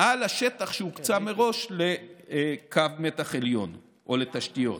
על השטח שהוקצה מראש לקו מתח עליון או לתשתיות.